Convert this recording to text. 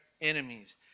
enemies